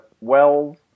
wells